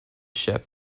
ship